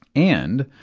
and